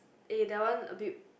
eh that one a bit